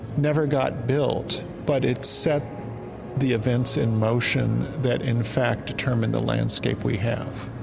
never got built. but it set the events in motion that, in fact, determine the landscape we have